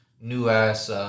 new-ass